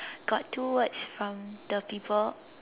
got two words from the people